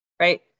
right